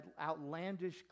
outlandish